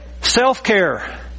Self-care